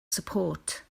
support